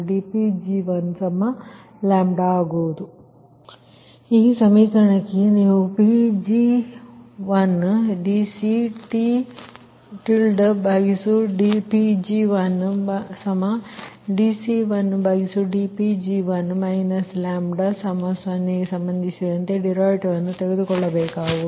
ಆದ್ದರಿಂದ ಈ ಸಮೀಕರಣ ನೀವು Pg1 dCTdPg1dC1dPg1 λ0 ಗೆ ಸಂಬಂಧಿಸಿದಂತೆ ಡರಿವಿಟಿವ ಅನ್ನು ತೆಗೆದುಕೊಳ್ಳಬೇಕಾಗುವುದು